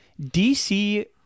DC